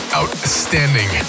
outstanding